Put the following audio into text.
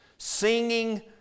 Singing